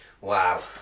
Wow